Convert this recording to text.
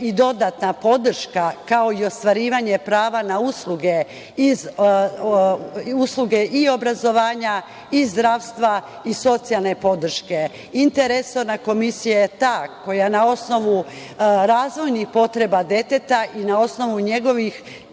i dodatna podrška, kao i ostvarivanje prava na usluge i obrazovanja i zdravstva i socijalne podrške. Interresorna komisija je ta koja na osnovu razvojnih potreba deteta i na osnovu njegovih,